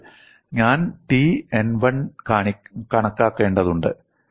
അതിനാൽ ഞാൻ T n1 കണക്കാക്കേണ്ടതുണ്ട്